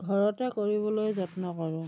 ঘৰতে কৰিবলৈ যত্ন কৰোঁ